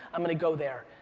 i'm gonna go there.